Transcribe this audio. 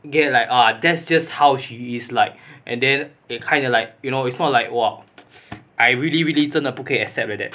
get like orh that's just how she is like and then they kind of like you know it's not like !wah! I really really 真的不可以 accept like that